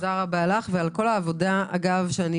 תודה רבה לך ועל כל העבודה שאת עושה.